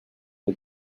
que